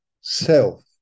self